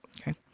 Okay